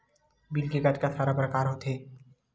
Bill के कतका सारा प्रकार होथे?